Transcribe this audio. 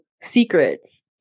secrets